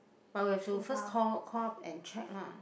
but we have to first call call up and check lah